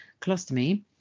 Colostomy